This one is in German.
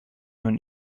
nun